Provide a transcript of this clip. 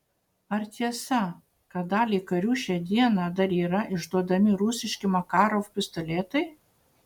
ar tiesa kad daliai karių šią dieną dar yra išduodami rusiški makarov pistoletai